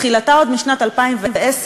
תחילתה עוד בשנת 2010,